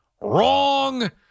Wrong